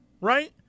Right